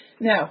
Now